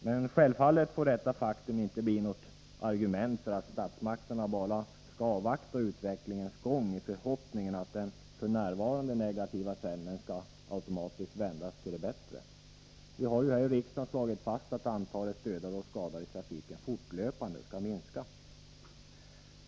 Men självfallet får detta faktum inte bli något argument för att statsmakterna bara skall avvakta utvecklingens gång i förhoppningen att den f. n. negativa trenden automatiskt skall vändas till det bättre. Vi har ju här i riksdagen slagit fast att antalet dödade och skadade i trafiken fortlöpande skall minska.